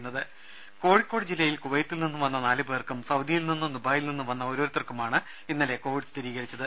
രുദ കോഴിക്കോട് ജില്ലയിൽ കുവൈത്തിൽ നിന്നും വന്ന നാലു പേർക്കും സൌദിയിൽ നിന്നും ദുബായിൽ നിന്നും വന്ന ഓരോരുത്തർക്കുമാണ് ഇന്നലെ കോവിഡ് സ്ഥിരീകരിച്ചത്